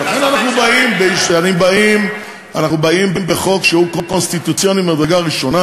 ולכן אנחנו באים בחוק שהוא קונסטיטוציוני ממדרגה ראשונה.